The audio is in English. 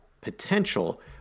potential